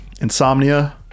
Insomnia